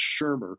Shermer